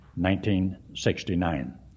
1969